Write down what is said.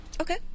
Okay